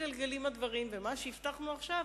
עלה על הדעת שבחוק ההסדרים היטיבו עם זכויות העובדים.